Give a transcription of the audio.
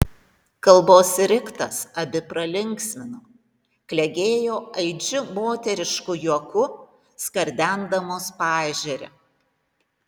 kalbos riktas abi pralinksmino klegėjo aidžiu moterišku juoku skardendamos paežerę